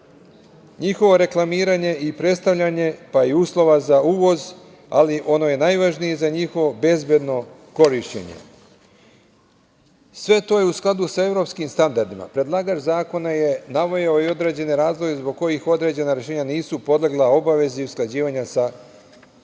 njihovo reklamiranje i predstavljanje, pa i uslova za uvoz, ali ono je najvažnije za njihovo bezbedno korišćenje. Sve to je u skladu sa evropskim standardima. Predlagač zakona je naveo i određene razloge zbog kojih određena rešenja nisu podlegla obavezi usklađivanja sa